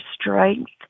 strength